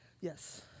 Yes